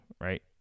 right